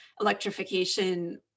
electrification